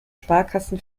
sparkassen